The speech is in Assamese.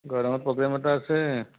গৰ্ডনত প্ৰগ্ৰেম এটা আছে